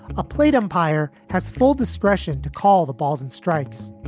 a plate umpire has full discretion to call the balls and strikes.